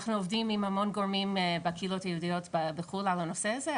אנחנו עובדים עם המון גורמים בקהילות היהודיות בחו"ל על הנושא הזה,